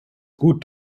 gut